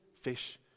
fish